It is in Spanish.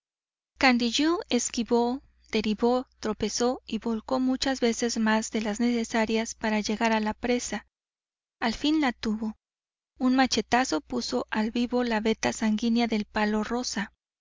candiyú esquivó derivó tropezó y volcó muchas veces más de las necesarias para llegar a la presa al fin la tuvo un machetazo puso al vivo la veta sanguínea del palo rosa